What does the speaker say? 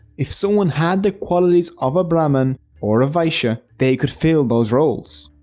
if someone had to qualities of a brahmin or vaishya they could fill those roles.